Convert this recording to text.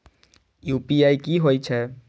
UPI की होई छै?